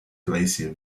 glacier